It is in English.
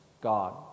God